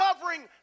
covering